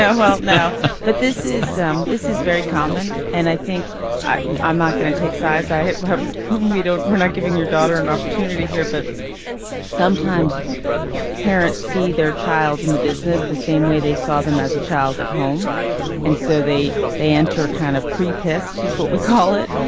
yeah well no but this is this is very common. and i think i'm i'm not going to take sides i have um we don't we're not giving your daughter an opportunity here but sometimes parents see their child in the business the same way they saw them as a child at home and so they they enter kind of pre pissed is what we call it.